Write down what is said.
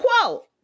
quote